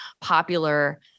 popular